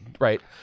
right